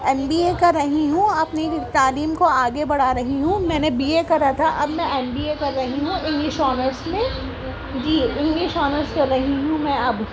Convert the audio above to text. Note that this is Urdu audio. ایم بی اے کر رہی ہوں اپنی تعلیم کو آگے بڑھا رہی ہوں میں نے بی اے کرا تھا اب میں ایم بی اے کر رہی ہوں انگلش آنرس میں جی انگلش انگلش آنرس کر رہی ہوں میں اب